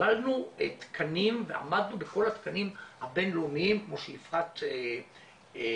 וקיבלנו תקנים ועמדנו בכל התקנים הבין-לאומיים כמו שיפעת הציגה,